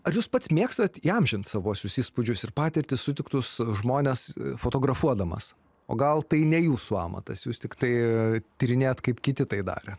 ar jūs pats mėgstat įamžint savuosius įspūdžius ir patirtis sutiktus žmones fotografuodamas o gal tai ne jūsų amatas jūs tiktai tyrinėjat kaip kiti tai darė